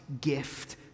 gift